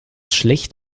schlecht